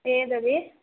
ఏది అది